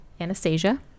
Anastasia